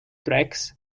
tricks